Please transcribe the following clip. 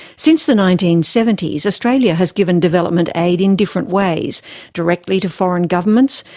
since the nineteen seventy s australia has given development aid in different ways directly to foreign governments,